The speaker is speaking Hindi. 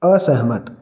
असहमत